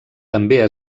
també